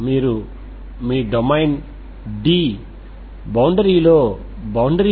కాబట్టి మీరు దీనిని Xx